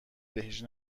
بهش